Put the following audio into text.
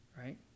Right